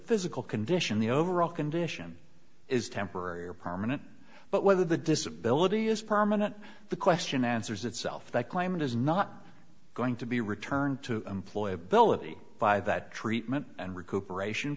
physical condition the overall condition is temporary or permanent but whether the disability is permanent the question answers itself that climate is not going to be returned to employ ability by that treatment and recuperation